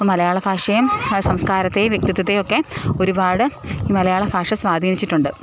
അപ്പം മലയാള ഭാഷയും സംസ്കാരത്തെയും വ്യക്തിത്വത്തെയും ഒക്കെ ഒരുപാട് ഈ മലയാള ഭാഷ സ്വാധീനിച്ചിട്ടുണ്ട്